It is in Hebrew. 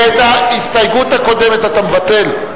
ואת ההסתייגות הקודמת אתה מבטל?